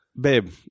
Babe